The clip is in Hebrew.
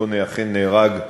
ובו אכן נהרג,